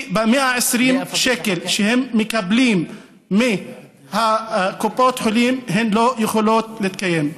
כי ב-120 שקל שהם מקבלים מקופות החולים הן לא יכולות להתקיים.